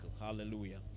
Hallelujah